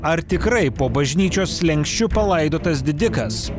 ar tikrai po bažnyčios slenksčiu palaidotas didikas